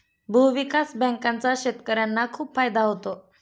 भूविकास बँकांचा शेतकर्यांना खूप फायदा होतो